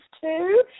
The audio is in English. two